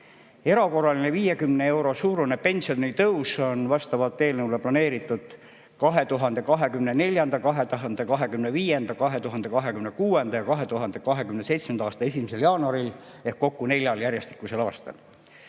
Erakorraline 50 euro suurune pensionitõus on eelnõu kohaselt planeeritud 2024., 2025., 2026. ja 2027. aasta 1. jaanuaril ehk kokku neljal järjestikusel aastal.